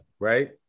right